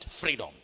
freedom